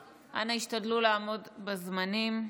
אנא, השתדלו לעמוד בזמנים.